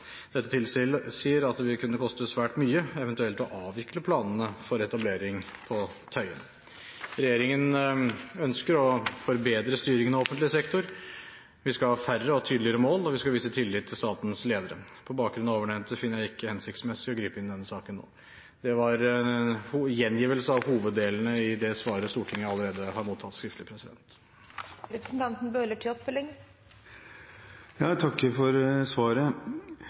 Dette tilsier at det vil kunne koste svært mye ev. å avvikle planene for etablering på Tøyen. Regjeringen ønsker å forbedre styringen av offentlig sektor. Vi skal ha færre og tydeligere mål, og vi skal vise tillit til statens ledere. På bakgrunn av ovennevnte finner jeg det ikke hensiktsmessig å gripe inn i denne saken nå.» Dette var en gjengivelse av hoveddelene i det svaret som Stortinget allerede har mottatt skriftlig.